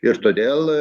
ir todėl